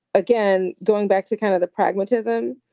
again, going back to kind of the pragmatism,